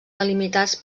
delimitats